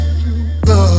love